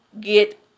get